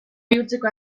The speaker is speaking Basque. bihurtzeko